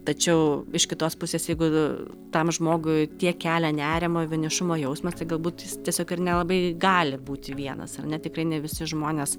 tačiau iš kitos pusės jeigu tam žmogui tiek kelia nerimą vienišumo jausmas tai galbūt jis tiesiog ir nelabai gali būti vienas ar ne tikrai ne visi žmonės